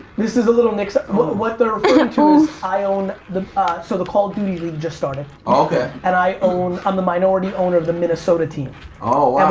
this is a little mix-up with the tools i own the so the paul de leeuw just started okay, and i um the minority owner of the minnesota team oh,